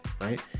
Right